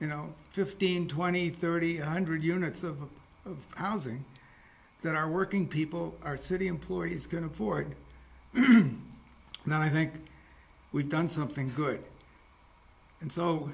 you know fifteen twenty thirty one hundred units of of housing that are working people our city employees can afford and i think we've done something good and so